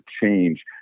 change